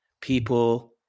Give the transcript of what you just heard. people